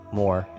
more